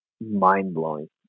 mind-blowing